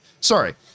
Sorry